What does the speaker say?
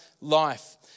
life